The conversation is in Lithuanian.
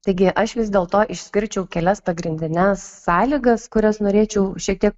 taigi aš vis dėl to išskirčiau kelias pagrindines sąlygas kurias norėčiau šiek tiek